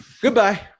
Goodbye